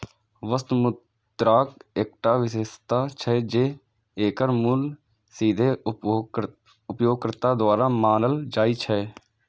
वस्तु मुद्राक एकटा विशेषता छै, जे एकर मूल्य सीधे उपयोगकर्ता द्वारा मानल जाइ छै